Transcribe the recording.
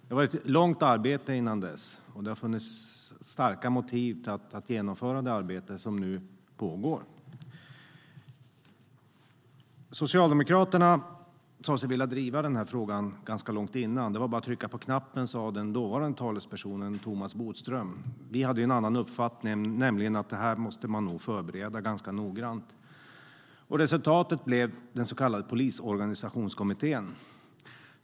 Det har varit ett långt arbete innan dess, och det har funnits starka motiv för att genomföra det arbete som nu pågår. Vi hade en annan uppfattning, nämligen att det här måste man nog förbereda ganska noggrant. Resultatet blev den så kallade Polisorganisationskommittén.